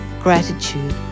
Gratitude